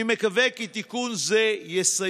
אני מקווה כי תיקון זה יסייע.